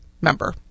member